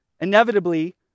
inevitably